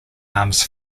arms